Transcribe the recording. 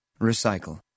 Recycle